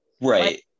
right